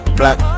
black